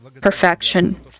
perfection